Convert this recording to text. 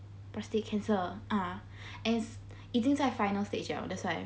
prostate cancer ah and is 已经在 final stage liao that's why